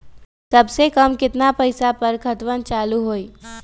सबसे कम केतना पईसा पर खतवन चालु होई?